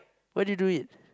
why did you do it